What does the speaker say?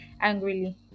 angrily